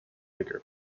acre